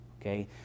Okay